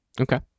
okay